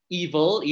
evil